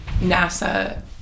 NASA